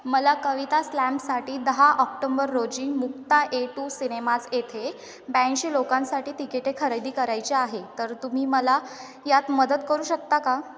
मला कविता स्लॅमसाठी दहा ऑक्टोंबर रोजी मुक्ता ए टू सिनेमाज येथे ब्याऐंशी लोकांसाठी तिकेटे खरेदी करायचे आहे तर तुम्ही मला यात मदत करू शकता का